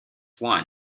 one